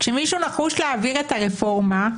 כשמישהו נחוש להעביר את הרפורמה,